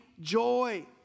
joy